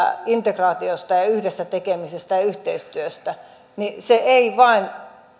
integraatiosta ja ja yhdessä tekemisestä ja yhteistyöstä ei vain